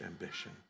ambition